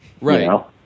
Right